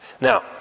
Now